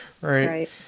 right